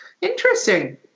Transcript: Interesting